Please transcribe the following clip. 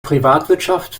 privatwirtschaft